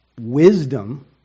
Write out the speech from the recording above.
wisdom